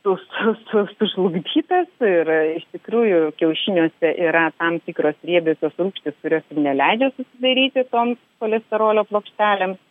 su su su sužlugdytas ir iš tikrųjų kiaušiniuose yra tam tikros riebiosios rūgštys kurios neleidžia susidaryti toms cholesterolio plokštelėms